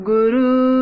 Guru